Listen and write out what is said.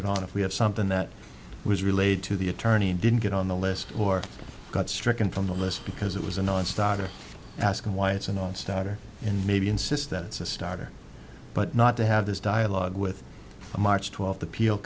it on if we have something that was relayed to the attorney and didn't get on the list or got stricken from the list because it was a nonstarter ask him why it's a nonstarter and maybe insist that it's a starter but not to have this dialogue with a march twelfth appeal